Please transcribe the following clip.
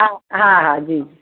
हा हा जी